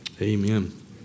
amen